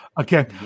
Okay